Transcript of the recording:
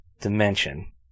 dimension